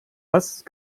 hast